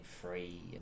free